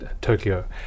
Tokyo